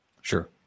Sure